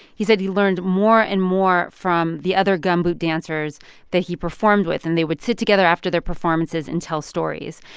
he said he learned more and more from the other gumboot dancers that he performed with. and they would sit together after their performances and tell stories.